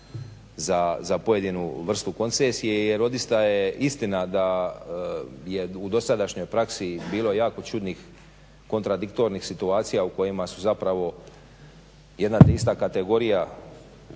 za pojedinu vrstu koncesije. Jer odista je istina da je u dosadašnjoj praksi bilo jako čudnih kontradiktornih situacija u kojima su jedna te ista kategorija